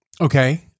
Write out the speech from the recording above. Okay